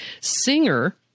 singer